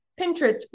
Pinterest